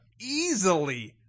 Easily